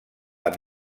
amb